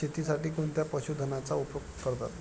शेतीसाठी कोणत्या पशुधनाचा उपयोग करतात?